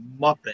muppet